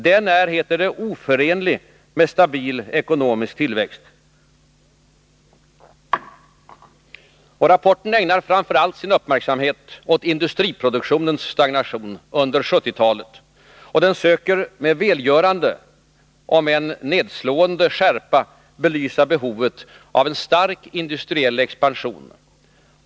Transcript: Den är, heter det, oförenlig med stabil ekonomisk tillväxt. Rapporten ägnar sin uppmärksamhet framför allt åt industriproduktionens stagnation under 1970-talet och söker med välgörande — om än nedslående — skärpa belysa behovet av en stark industriell expansion.